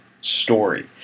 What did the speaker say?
story